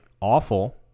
awful